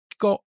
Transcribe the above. got